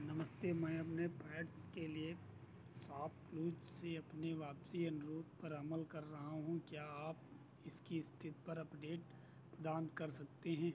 नमस्ते मैं अपने पैड्स के लिए सॉपक्लूज से अपने वापसी अनुरोध पर अमल कर रहा हूँ क्या आप इसकी स्तिथि पर अपडेट प्रदान कर सकते हैं